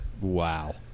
Wow